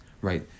right